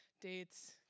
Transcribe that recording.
dates